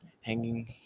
hanging